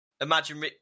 imagine